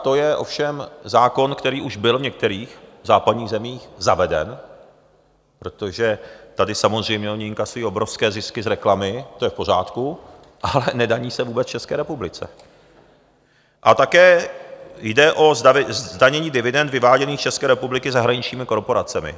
To je ovšem zákon, který už byl v některých západních zemích zaveden, protože tady samozřejmě oni inkasují obrovské zisky z reklamy, to je v pořádku, ale nedaní se vůbec v České republice, a také jde o zdanění dividend vyváděných ze České republiky zahraničními korporacemi.